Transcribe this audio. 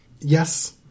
Yes